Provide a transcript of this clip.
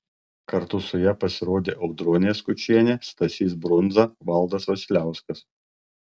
kartu su ja pasirodė audronė skučienė stasys brundza valdas vasiliauskas